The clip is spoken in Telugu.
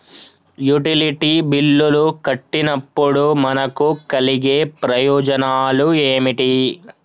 యుటిలిటీ బిల్లులు కట్టినప్పుడు మనకు కలిగే ప్రయోజనాలు ఏమిటి?